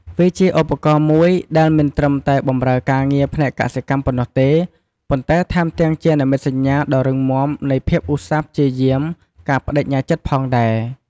វាជាឧបករណ៍មួយដែលមិនត្រឹមតែបម្រើការងារផ្នែកកសិកម្មប៉ុណ្ណោះទេ ប៉ុន្តែថែមទាំងជានិមិត្តសញ្ញាដ៏រឹងមាំនៃភាពឧស្សាហ៍ព្យាយាម ការប្តេជ្ញាចិត្តផងដែរ។